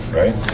right